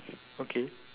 okay